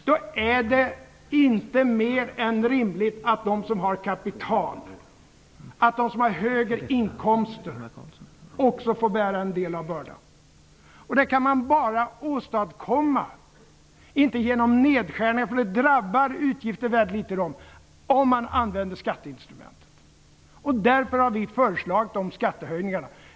Då är det inte mer än rimligt att de som har kapital och högre inkomster också får bära en del av bördan. Det kan man bara åstadkomma - inte genom nedskärningar för de drabbar dem väldigt litet - genom skatteinstrumentet. Därför har vi föreslagit skattehöjningar.